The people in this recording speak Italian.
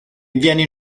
viene